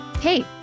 Hey